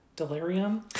Delirium